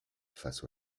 face